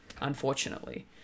unfortunately